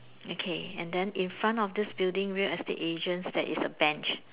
okay and then in front of this building real estate agent there's a bench